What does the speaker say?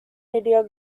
media